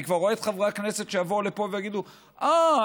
אני כבר רואה חברי כנסת שיבואו לפה ויגידו: אהה,